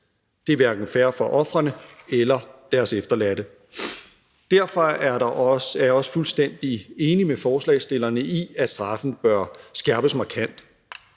Det er hverken fair over for ofrene eller deres efterladte. Derfor er jeg også fuldstændig enig med forslagsstillerne i, at straffen bør skærpes markant,